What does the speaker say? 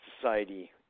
Society